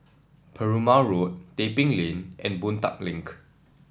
Perumal Road Tebing Lane and Boon Tat Link